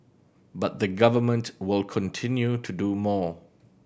but the Government will continue to do more